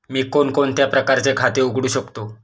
मी कोणकोणत्या प्रकारचे खाते उघडू शकतो?